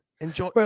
enjoy